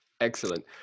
Excellent